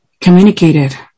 communicated